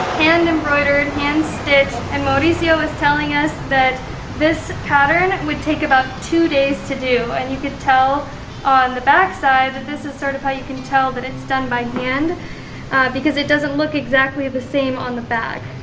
hand embroidered, hand stitched, and mauricio was telling us that this pattern would take about two days to do. and you could tell on the back side that this is sort of how you can tell that it's done by hand because it doesn't look exactly the same on the back.